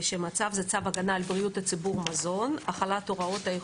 ולא: "א(ו)2", טעות קטנה.